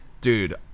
Dude